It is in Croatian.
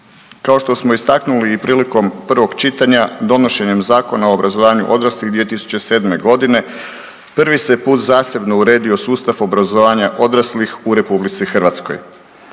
Kao što smo istaknuli i prilikom prvog čitanja, donošenjem Zakona o obrazovanju odraslih 2007. g. prvi se put zasebno uredio sustav obrazovanja odraslih u RH. Nakon